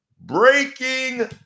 Breaking